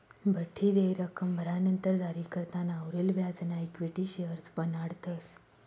बठ्ठी देय रक्कम भरानंतर जारीकर्ताना उरेल व्याजना इक्विटी शेअर्स बनाडतस